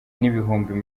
n’ibihumbi